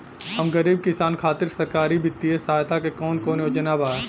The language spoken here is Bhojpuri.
हम गरीब किसान खातिर सरकारी बितिय सहायता के कवन कवन योजना बा?